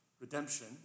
redemption